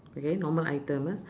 okay normal item ah